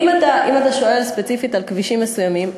אם אתה שואל ספציפית על כבישים מסוימים,